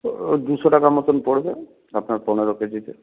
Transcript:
তো দুশো টাকা মতোন পড়বে আপনার পনেরো কেজিতে